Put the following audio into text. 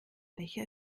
becher